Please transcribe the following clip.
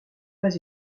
pas